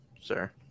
sir